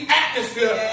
atmosphere